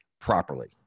properly